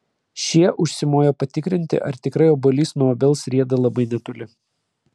šie užsimojo patikrinti ar tikrai obuolys nuo obels rieda labai netoli